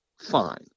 Fine